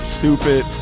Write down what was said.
stupid